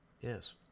Yes